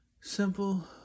simple